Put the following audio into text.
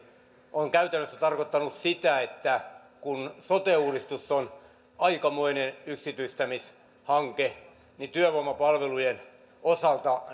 ovat käytännössä tarkoittaneet sitä että kun sote uudistus on aikamoinen yksityistämishanke niin työvoimapalveluiden osalta